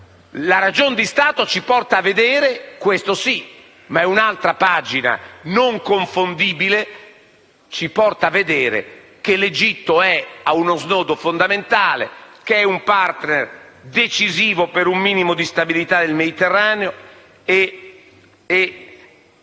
La ragion di Stato ci porta a vedere - questo sì, ma è un'altra pagina non confondibile - che l'Egitto è a uno snodo fondamentale, che è un *partner* decisivo per un minimo di stabilità nel Mediterraneo e